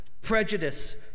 prejudice